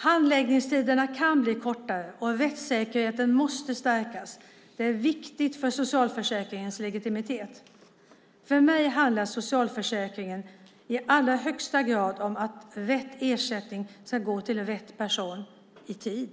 Handläggningstiderna kan bli kortare och rättssäkerheten måste stärkas. Det är viktigt för socialförsäkringens legitimitet. För mig handlar socialförsäkringen i allra högsta grad om att rätt ersättning ska gå till rätt person - i tid!